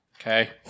Okay